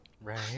Right